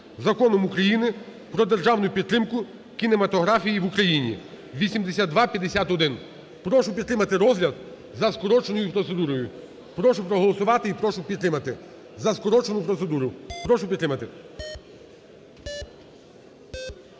Законом України "Про державну підтримку кінематографії в Україні" (8251). Прошу підтримати розгляд за скороченою процедурою. Прошу проголосувати і прошу підтримати за скорочену процедуру. Прошу підтримати.